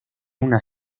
una